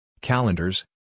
Calendars